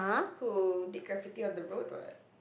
who did graffiti on the road what